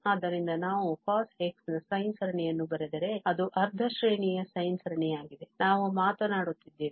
ಆದ್ದರಿಂದ ನಾವು cos x ನ sine ಸರಣಿಯನ್ನು ಬರೆದರೆ ಅದು ಅರ್ಧ ಶ್ರೇಣಿಯ sine ಸರಣಿಯಾಗಿದೆ ನಾವು ಮಾತನಾಡುತ್ತಿದ್ದೇವೆ